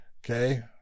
Okay